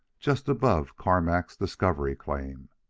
just above karmack's discovery claim.